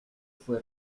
fue